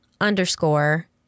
underscore